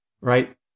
right